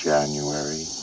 January